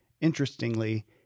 interestingly